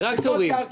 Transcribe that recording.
טרקטורים.